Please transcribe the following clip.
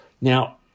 Now